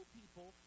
people